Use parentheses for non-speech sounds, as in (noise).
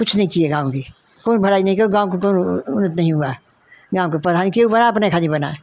कुछ नहीं किए गाँव की कोई भलाई नहीं किए और गाँव की (unintelligible) नहीं हुआ गाँव की प्रधानी किये हुए है अपने खातिर बना है